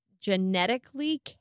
genetically